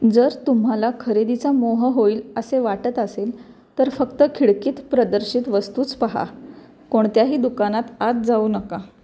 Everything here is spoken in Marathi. जर तुम्हाला खरेदीचा मोह होईल असे वाटत असेल तर फक्त खिडकीत प्रदर्शित वस्तूच पहा कोणत्याही दुकानात आज जाऊ नका